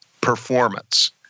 performance